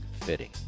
fitting